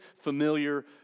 familiar